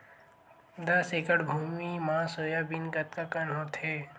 दस एकड़ भुमि म सोयाबीन कतका कन होथे?